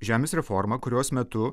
žemės reforma kurios metu